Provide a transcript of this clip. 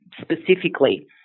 specifically